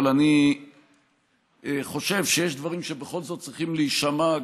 אבל אני חושב שיש דברים שבכל זאת צריכים להישמע,